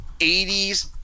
80s